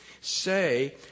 Say